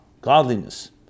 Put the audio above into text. godliness